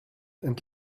and